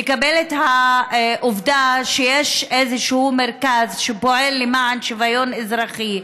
לקבל את העובדה שיש איזשהו מרכז שפועל למען שוויון אזרחי,